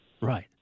Right